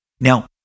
Now